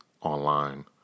online